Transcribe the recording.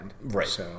Right